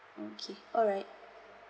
okay alright